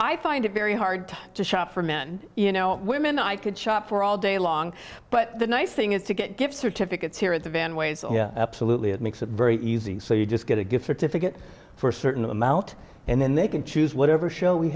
i find it very hard to shop for men you know women i could shop for all day long but the nice thing is to get gift certificates here at the van ways that makes it very easy so you just get a gift certificate for a certain amount and then they can choose whatever show we